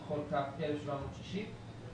לכל קו 1,760 שקלים.